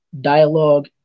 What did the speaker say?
dialogue